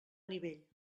nivell